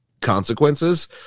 consequences